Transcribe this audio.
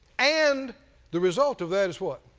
and the result of that is what?